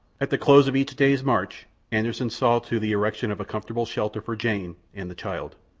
at the close of each day's march anderssen saw to the erection of a comfortable shelter for jane and the child.